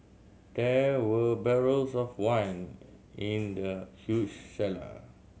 there were barrels of wine in the huge cellar